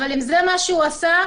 אבל אם זה מה שהוא עשה,